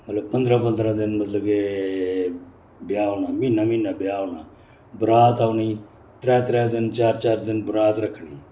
मतलब पंदरां पंदरां दिन मतलब के ब्याह् होना म्हीना म्हीना ब्याह् होना बरात औनी त्रै त्रै दिन चार चार दिन बरात रक्खनी